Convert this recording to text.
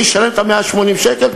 אני אשלם את 180 השקל?